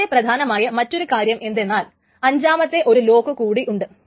വളരെ പ്രധാനമായ മറ്റൊരു കാര്യം എന്തെന്നാൽ അഞ്ചാമത്തെ ഒരു ലോക്ക് കൂടെയുണ്ട്